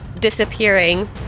disappearing